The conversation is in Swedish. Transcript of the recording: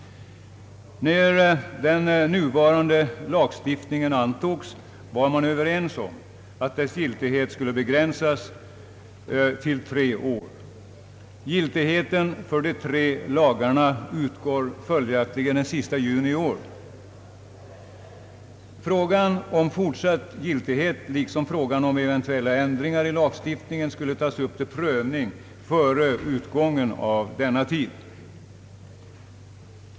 När den nuvarande lagstiftningen antogs var man överens om att dess giltighet skulle begränsas till tre år. Giltigheten för de tre lagarna utgår följaktligen den sista juni i år. Frågan om fortsatt giltighet, liksom frågan om eventuella ändringar i lagstiftningen, skulle tas upp till prövning före utgången av denna tid.